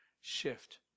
shift